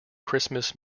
christmas